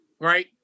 right